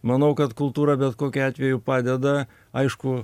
manau kad kultūra bet kokiu atveju padeda aišku